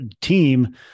team